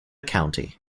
county